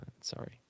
sorry